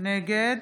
נגד